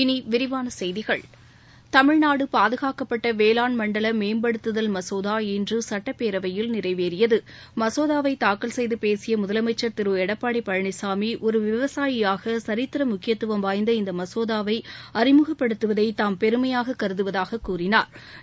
இனி விரிவான செய்திகள் தமிழ்நாடு பாதுகாக்கப்பட்ட வேளாண் மண்டல மேம்படுத்துதல் மசோதா இன்று சட்டப்பேரவையில் நிறைவேறியது மசோதாவை தாக்கல் செய்து பேசிய முதலமைச்சர் திரு எடப்பாடி பழனிசாமி ஒரு விவசாயியாக சித்திர முக்கியத்துவம் வாய்ந்த இந்த மசோதாவை அறிமுகப்படுத்துவதை தாம் பெருமையாக கருதுவதாக கூறினா்